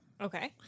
Okay